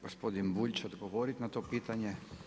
Gospodin Bulj će odgovoriti na to pitanje.